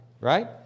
Right